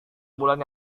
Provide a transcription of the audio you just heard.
bulan